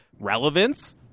relevance